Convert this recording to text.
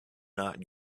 not